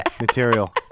material